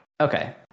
Okay